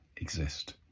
exist